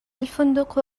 الفندق